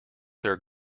their